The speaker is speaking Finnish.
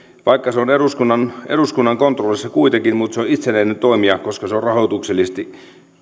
vaikka se on eduskunnan eduskunnan kontrollissa kuitenkin se on itsenäinen toimija koska se rahoituksellisesti